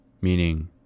meaning